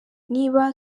niba